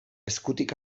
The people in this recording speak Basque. eskutik